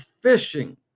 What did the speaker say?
fishing